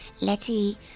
Letty